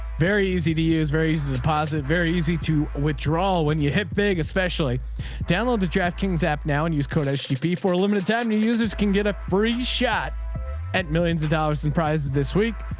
very easy to use, very easy to deposit. very easy to withdraw when you hit big, especially download the draft kings app now and use code as gp for a limited time and your users can get a free shot at millions of dollars in prizes this week.